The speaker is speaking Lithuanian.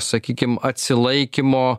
sakykim atsilaikymo